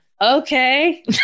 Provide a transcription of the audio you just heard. okay